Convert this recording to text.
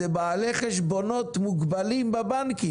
זה בעלי חשבונות מוגבלים בבנק.